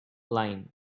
line